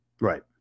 right